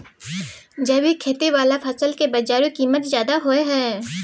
जैविक खेती वाला फसल के बाजारू कीमत ज्यादा होय हय